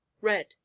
red